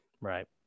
Right